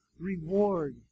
reward